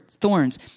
thorns